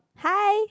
hi